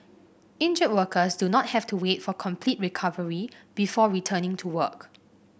injured workers do not have to wait for complete recovery before returning to work